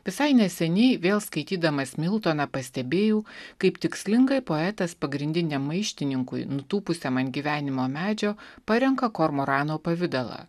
visai neseniai vėl skaitydamas miltoną pastebėjau kaip tikslingai poetas pagrindiniam maištininkui nutūpusiam ant gyvenimo medžio parenka kormorano pavidalą